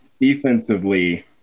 defensively